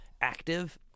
active